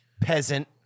peasant